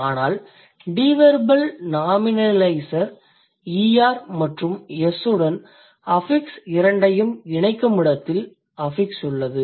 ஆகவே deverbal nominalizer er மற்றும் s உடன் அஃபிக்ஸ் இரண்டையும் இணைக்கும் இடத்தில் அஃபிக்ஸ் உள்ளது